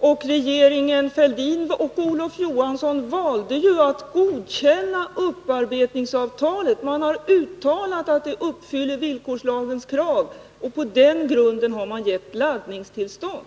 och regeringen Fälldin och Olof Johansson valde att godkänna upparbetningsavtalet. Man har uttalat att det uppfyller villkorslagens krav, och på den grunden har man gett laddningstillstånd.